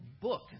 book